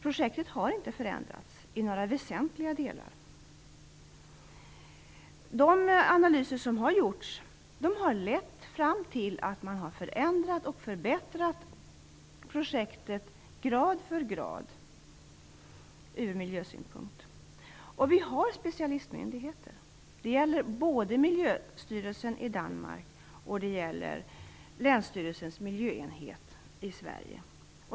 Projektet har inte förändrats i några väsentliga delar. De analyser som har gjorts har lett fram till att man har förändrat och förbättrat projektet grad för grad ur miljösynpunkt. Vi har specialistmyndigheter. Det gäller både Miljöstyrelsen i Danmark och länsstyrelsens miljöenhet i Sverige.